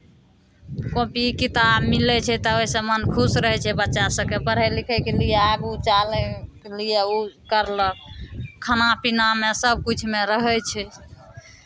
copy किताब मिलै छै तऽ ओहिसँ मन खुश रहै छै बच्चा सभके पढ़य लिखयके लिए आगू चलयके लिए ओ करलक खाना पीनामे सभकिछुमे रहै छै